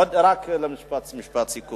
רק משפט סיכום.